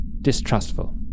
distrustful